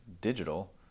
digital